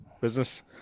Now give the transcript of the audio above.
business